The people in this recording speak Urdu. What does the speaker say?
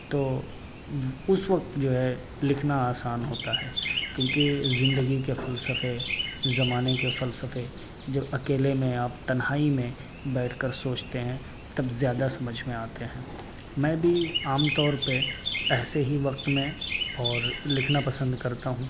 تو اس وقت جو ہے لکھنا آسان ہوتا ہے کیونکہ زندگی کے فلسفے زمانے کے فلسفے جب اکیلے میں آپ تنہائی میں بیٹھ کر سوچتے ہیں تب زیادہ سمجھ میں آتے ہیں میں بھی عام طور پہ ایسے ہی وقت میں اور لکھنا پسند کرتا ہوں